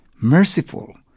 merciful